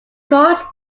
courts